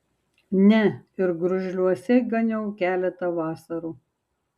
ne ir gružliuose ganiau keletą vasarų